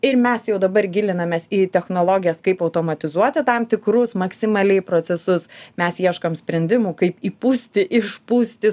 ir mes jau dabar gilinamės į technologijas kaip automatizuoti tam tikrus maksimaliai procesus mes ieškom sprendimų kaip įpūsti išpūsti